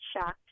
shocked